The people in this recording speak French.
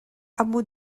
hameau